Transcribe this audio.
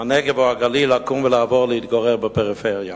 הנגב או הגליל, לקום ולעבור להתגורר בפריפריה?